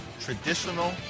traditional